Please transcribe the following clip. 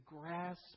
grasp